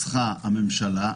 צריכה הממשלה,